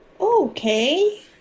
okay